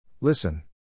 Listen